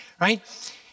right